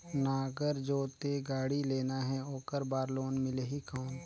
नागर जोते गाड़ी लेना हे ओकर बार लोन मिलही कौन?